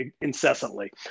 incessantly